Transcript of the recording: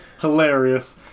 hilarious